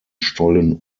stollen